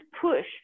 push